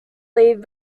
leave